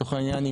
לצורך העניין,